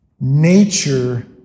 Nature